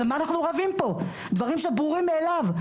על מה אנחנו רבים פה, דברים שברורים מאליו.